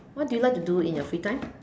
what do you like to do in your free time